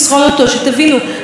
כדור הארץ לא ייהרס,